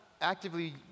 actively